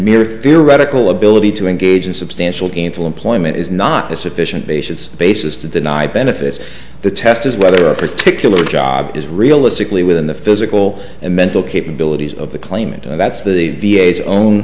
mere theoretical ability to engage in substantial gainful employment is not sufficient basis basis to deny benefits the test is whether a particular job is realistically within the physical and mental capabilities of the claimant that's the